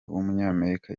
w’umunyamerika